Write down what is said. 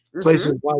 places